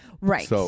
Right